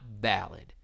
valid